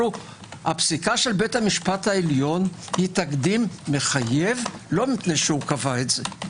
הפסיקה של בית המשפט העליון היא תקדים מחייב לא כי קבע את זה,